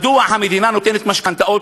מדוע המדינה נותנת משכנתאות,